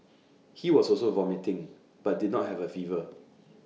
he was also vomiting but did not have A fever